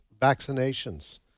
vaccinations